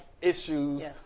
issues